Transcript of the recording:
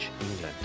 England